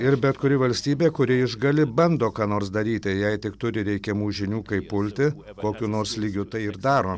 ir bet kuri valstybė kuri išgali bando ką nors daryti jei tik turi reikiamų žinių kaip pulti kokiu nors lygiu tai ir daro